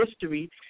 history